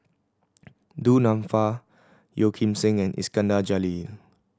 Du Nanfa Yeo Kim Seng and Iskandar Jalil